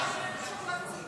ההסתייגות לא התקבלה.